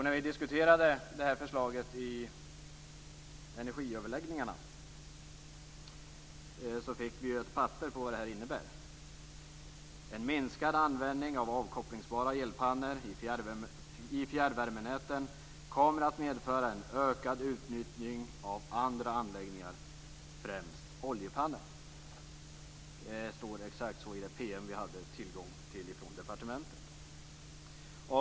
När vi diskuterade förslaget i energiöverläggningarna fick vi ett papper på vad det innebär: En minskad användning av omkopplingsbara elpannor i fjärrvärmenäten kommer att medföra en ökad utnyttjning av andra anläggningar, främst oljepannor. Exakt så står det i det PM vi fick från departementet.